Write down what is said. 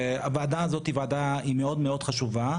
הוועדה הזאת היא מאוד מאוד חשובה,